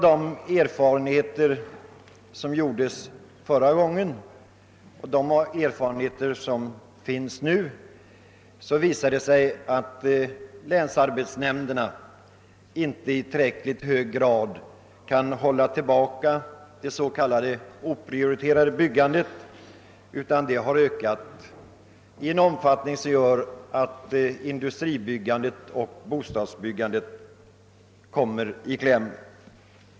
De erfarenheter som gjordes förra gången visar emellertid att länsarbetsnämnderna inte i tillräckligt hög grad kan hålla tillbaka det s.k. oprioriterade byggandet, som ökat i en omfattning som gjort att industribyggandet och bostadsbyggandet kommer i kläm.